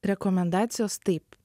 rekomendacijos taip